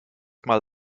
mal